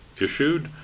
issued